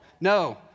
No